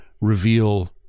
reveal